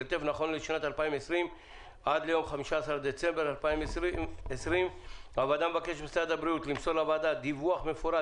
של טף נכון לשנת 2020 עד ליום 15 לדצמבר 2020. הוועדה מבקשת ממשרד הבריאות למסור לוועדה דיווח מפורט